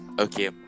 okay